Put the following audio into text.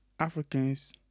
Africans